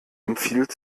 empfiehlt